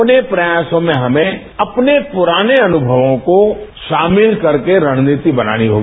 अपने प्रयासों में हमें अपने प्रराने अनुमवों को शामिल करके रणनीति बनानी होगी